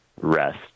rest